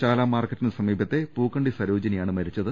ചാല മാർക്കിറ്റിന് സമീപത്തെ പൂക്കണ്ടി സരോജിനി ആണ് മരിച്ചത്